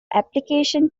application